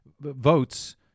votes